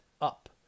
up